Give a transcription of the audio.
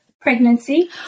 pregnancy